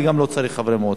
וגם לא צריך חברי מועצה.